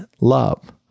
love